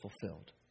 fulfilled